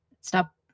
Stop